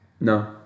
No